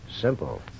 Simple